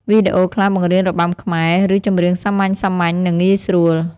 វីដេអូខ្លះបង្រៀនរបាំខ្មែរ ឬចម្រៀងសាមញ្ញៗ និង ងាយស្រួល។